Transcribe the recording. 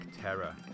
Terror